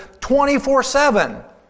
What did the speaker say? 24-7